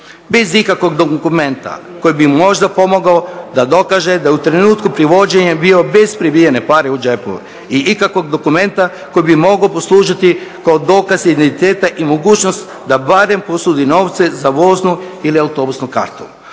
bez ikakvog dokumenta koji bi mu možda pomogao da dokaže da u trenutku privođenja bio bez prebijene pare u džepu i ikakvog dokumenta koji bi mogao poslužiti kao dokaz identiteta i mogućnost da barem posudi novce za voznu ili autobusnu kartu.